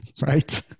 Right